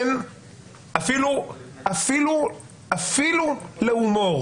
אפילו להומור